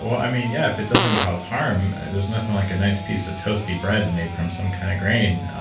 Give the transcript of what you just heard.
i mean, yeah. if it doesn't cause harm, there's nothing like a nice piece of toasty bread made from some kind of grain.